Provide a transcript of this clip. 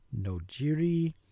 Nojiri